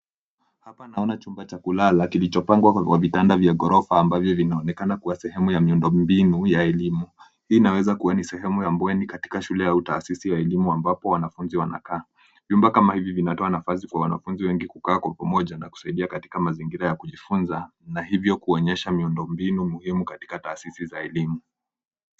Hapa naona chumba cha kulala kilichopangwa kwa vitanda vya ghorofa ambavyo vinaonekana kuwa sehemu ya miundombinu ya elimu. Hii inaweza kuwa ni sehemu ya bweni katika shule ya utaasisi elimu ambapo wanafunzi wanakaa. Vyumba kama hivi vinatoa nafasi kwa wanafunzi wengi kukaa Kwa pamoja na kusaidia katika mazingira ya kujifunza na hivyo kuonyesha miundombinu muhimu katika taasisi za elimu.